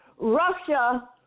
Russia